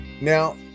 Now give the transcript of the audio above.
Now